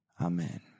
Amen